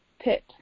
pit